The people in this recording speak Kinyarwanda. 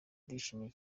ndishimye